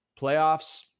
Playoffs